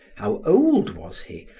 how old was he?